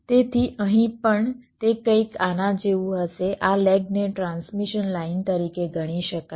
તેથી અહીં પણ તે કંઈક આના જેવું હશે આ લેગને ટ્રાન્સમિશન લાઇન તરીકે ગણી શકાય